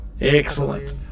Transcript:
Excellent